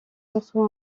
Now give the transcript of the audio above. surtout